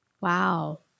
Wow